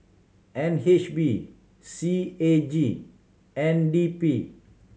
N H B C A G N D P